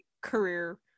career